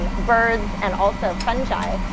um birds, and also fungi.